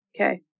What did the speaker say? Okay